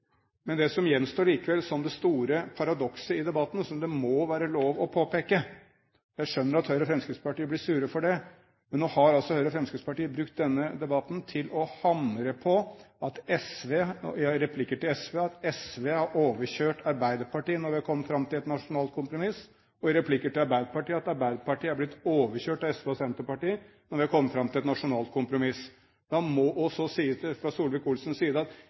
Men det som likevel gjenstår som det store paradokset i debatten, som det må være lov å påpeke – jeg skjønner at Høyre og Fremskrittspartiet blir sure for det – er at Høyre og Fremskrittspartiet i replikker til SV har brukt denne debatten til å hamre på at SV har overkjørt Arbeiderpartiet når vi har kommet fram til et nasjonalt kompromiss, og i replikker til Arbeiderpartiet sier at Arbeiderpartiet har blitt overkjørt av SV og Senterpartiet når vi har kommet fram til et nasjonalt kompromiss. Og så sies det fra Solvik-Olsens side at